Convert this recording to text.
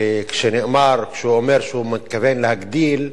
כשהוא אומר שהוא מתכוון להגדיל,